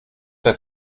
der